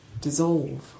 dissolve